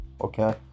okay